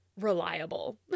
reliable